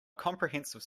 comprehensive